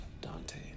Dante